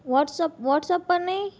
WhatsApp WhatsApp પર નહીં